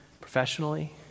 professionally